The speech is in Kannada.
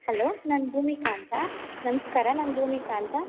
ಹಲೋ ನಾನು ಭೂಮಿಕ ಅಂತ ನಮಸ್ಕಾರ ನಾನು ಭೂಮಿಕ ಅಂತ